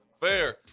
fair